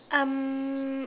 um